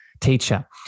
teacher